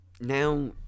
Now